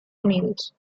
unidos